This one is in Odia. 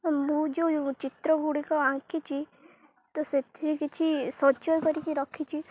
ମୁଁ ଯେଉଁ ଚିତ୍ର ଗୁଡ଼ିକ ଆଙ୍କିଛି ତ ସେଥିରେ କିଛି ଶଯ୍ୟ କରିକି ରଖିଛି